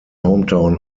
hometown